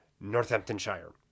Northamptonshire